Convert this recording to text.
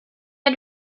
had